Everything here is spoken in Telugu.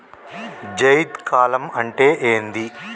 జైద్ కాలం అంటే ఏంది?